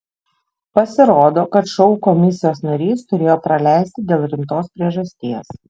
pasirodo kad šou komisijos narys turėjo praleisti dėl rimtos priežasties